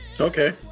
Okay